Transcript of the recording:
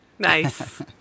Nice